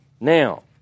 Now